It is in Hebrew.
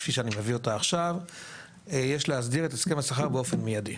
כפי שאני מביא אותה עכשיו יש להסדיר את הסכם השכר באופן מיידי.